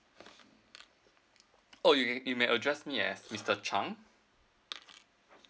or you you may address me as mister chang